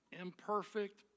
imperfect